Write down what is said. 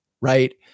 right